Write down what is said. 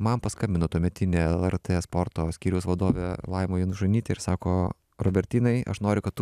man paskambino tuometinė lrt sporto skyriaus vadovė laima janušonytė ir sako robertinai aš noriu kad tu